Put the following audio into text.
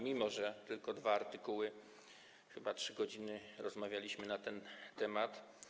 Mimo że to tylko dwa artykuły, chyba 3 godziny rozmawialiśmy na ten temat.